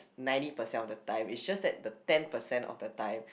ninety percent of the time it's just that ten percent of the time